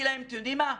אתם יודעים מה?